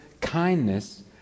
kindness